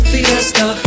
Fiesta